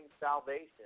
salvation